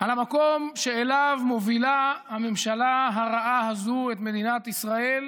על המקום שאליו מובילה הממשלה הרעה הזו את מדינת ישראל,